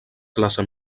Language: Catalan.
classe